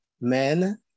men